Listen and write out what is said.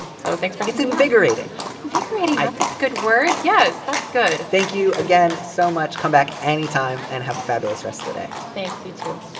and so thanks. but it's invigorating invigorating i think. good word. yes. that's good thank you again so much. come back anytime and have a fabulous rest of the day. thanks you too